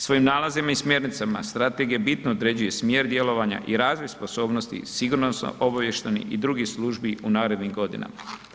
Svojim nalazima i smjernicama strategija bitno određuje smjer djelovanja i razvoj sposobnosti sigurnosno obavještajnih i drugih službi u narednim godinama.